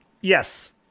yes